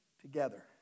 together